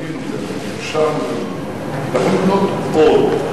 בנינו באמת, המשכנו את הבנייה, לכן לבנות עוד.